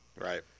Right